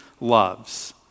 loves